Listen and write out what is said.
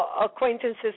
Acquaintances